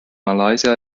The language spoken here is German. malaysia